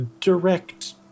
direct